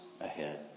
ahead